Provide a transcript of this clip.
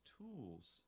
tools